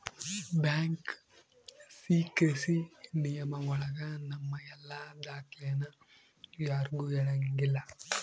bank secrecy ನಿಯಮ ಒಳಗ ನಮ್ ಎಲ್ಲ ದಾಖ್ಲೆನ ಯಾರ್ಗೂ ಹೇಳಂಗಿಲ್ಲ